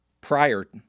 prior